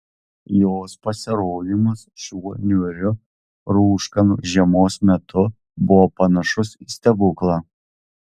jos pasirodymas šiuo niūriu rūškanu žiemos metu buvo panašus į stebuklą